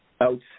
out